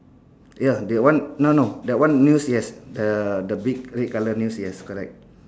ya that one no no that one news yes the the big red colour news yes correct